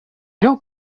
don’t